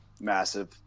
massive